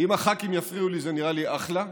אם הח"כים יפריעו לי זה נראה לי אחלה.